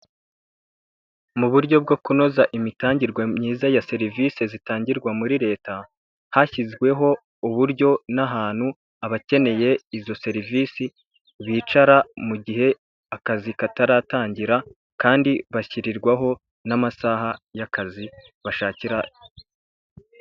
Mu buryo bwo kunoza imitangirwe myiza ya serivisi zitangirwa muri leta, hashyizweho uburyo n'ahantu abakeneye izo serivisi bicara mu gihe akazi kataratangira kandi bashyirirwaho n'amasaha y'akazi bashakira.